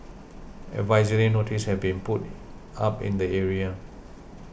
advisory notices have been put up in the area